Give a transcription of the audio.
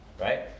Right